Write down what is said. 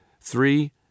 three